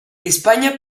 españa